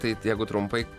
tai jeigu trumpai